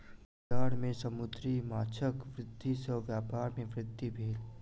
बजार में समुद्री माँछक वृद्धि सॅ व्यापार में वृद्धि भेल